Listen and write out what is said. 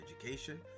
education